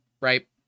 right